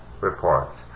reports